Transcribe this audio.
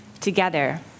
together